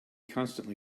constantly